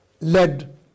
led